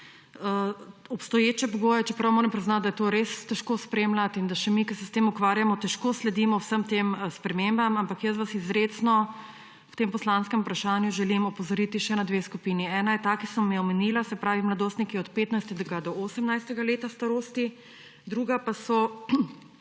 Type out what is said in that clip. obstoječe pogoje, čeprav moram priznati, da je to res težko spremljati in da še mi, ki se s tem ukvarjamo, težko sledimo vsem tem spremembam. Ampak jaz vas izrecno v tem poslanskem vprašanju želim opozoriti še na dve skupini. Ena je ta, ki sem jo omenila, se pravi mladostniki od 15. do 18. leta starosti, druga pa so